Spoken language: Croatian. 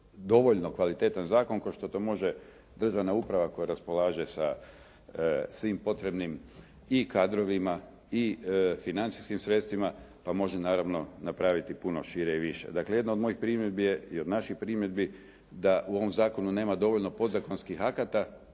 dovoljno kvalitetan zakon kao što to može državna uprava koja raspolaže svim potrebnim i kadrovima i financijskim sredstvima, pa može naravno napraviti puno šire i više. Dakle, jedna od mojih primjedbi je i od naših primjedbi da u ovom zakonu nema dovoljno podzakonskih akata